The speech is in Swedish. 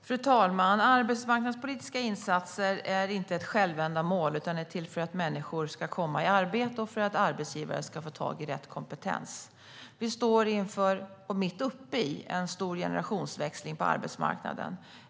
Fru talman! Arbetsmarknadspolitiska insatser är inte ett självändamål utan är till för att människor ska komma i arbete och för att arbetsgivare ska få tag i rätt kompetens. Vi står mitt uppe i en stor generationsväxling på arbetsmarknaden.